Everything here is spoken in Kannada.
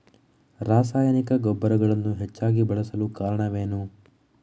ರಾಸಾಯನಿಕ ಗೊಬ್ಬರಗಳನ್ನು ಹೆಚ್ಚಾಗಿ ಬಳಸಲು ಕಾರಣವೇನು?